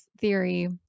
theory